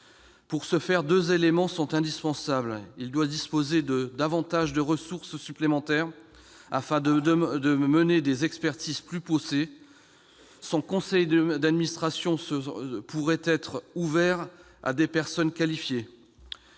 Pour cela, deux éléments sont indispensables : le Haut Conseil doit disposer de ressources supplémentaires, afin de mener des expertises plus poussées, et son conseil d'administration pourrait être ouvert à des personnes qualifiées.